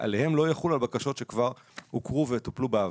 עליהם לא יחול הבקשות שכבר הוכרו וטופלו בעבר.